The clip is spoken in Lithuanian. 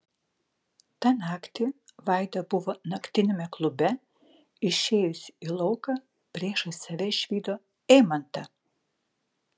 tą naktį vaida buvo naktiniame klube išėjusi į lauką priešais save išvydo eimantą